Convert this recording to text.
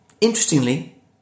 interestingly